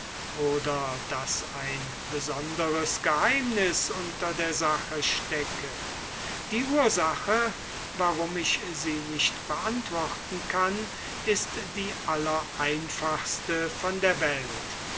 oder daß ein besonderes geheimnis unter der sache stecke die ursache warum ich sie nicht beantworten kann ist die aller simpelste von der welt